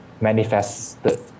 manifested